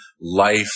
life